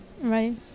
right